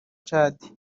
chad